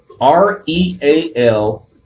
R-E-A-L